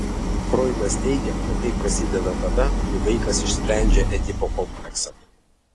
froidas teigė kad tai prasideda tada kai vaikas išsprendžia edipo kompleksą